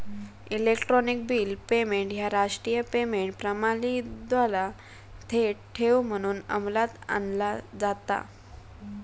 electronic bill payment ह्या राष्ट्रीय payment प्रणालीद्वारा थेट ठेव म्हणून अंमलात आणला जाता